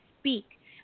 speak